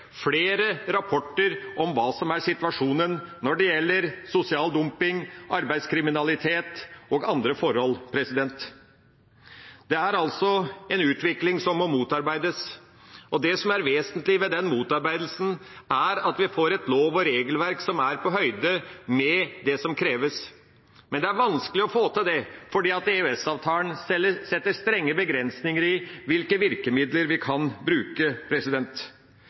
flere rapporter om hva som er situasjonen når det gjelder sosial dumping, arbeidskriminalitet og andre forhold. Det er en utvikling som må motarbeides. Det vesentlige i denne motarbeidelsen er at vi får et lov- og regelverk som er på høyde med det som kreves, men det er det vanskelig å få til fordi EØS-avtalen setter strenge begrensninger for hvilke virkemidler vi kan bruke.